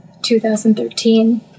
2013